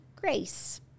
grace